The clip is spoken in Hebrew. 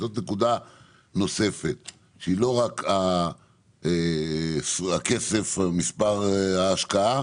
זאת נקודה נוספת שהיא לא רק הכסף או מספר ההשקעה,